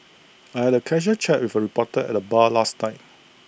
I had A casual chat with A reporter at the bar last night